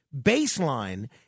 Baseline